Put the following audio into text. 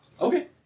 Okay